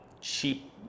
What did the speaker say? cheap